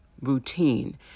routine